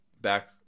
back